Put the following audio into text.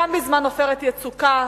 גם בזמן "עופרת יצוקה",